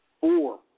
four